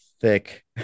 thick